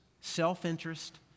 self-interest